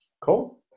Cool